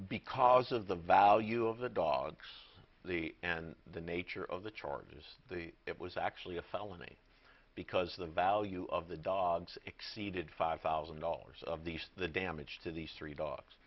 because of the value of the dogs the and the nature of the charges it was actually a felony because the value of the dogs exceeded five thousand dollars of these the damage to these three